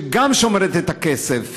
וגם היא שומרת את הכסף.